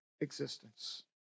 existence